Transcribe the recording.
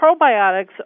Probiotics